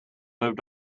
moved